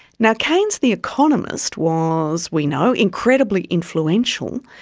now, keynes the economist was, we know, incredibly influential,